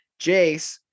Jace